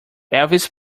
elvis